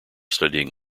studying